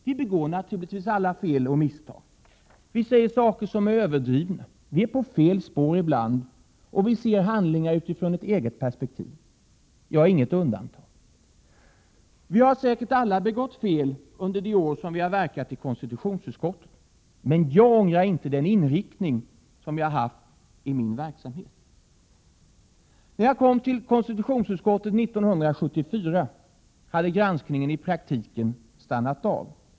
Alla begår naturligtvis fel och misstag. Vi säger saker som är överdrivna, vi är på fel spår ibland, och vi ser handlingar utifrån ett eget perspektiv. Jag är inget undantag. Vi har alla säkert begått fel under de år som vi har verkat i konstitutionsutskottet. Men jag ångrar inte den inriktning som jag har haft i min verksamhet. När jag kom till konstitutionsutskottet 1974 hade granskningen i praktiken stannat av.